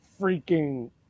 freaking –